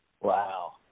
Wow